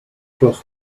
across